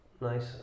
nice